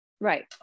Right